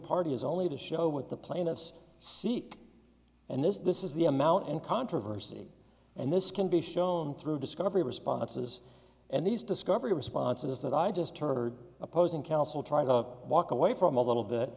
party is only to show what the plaintiffs seek and this is the amount and controversy and this can be shown through discovery responses and these discovery responses that i just heard opposing counsel try to walk away from a little bit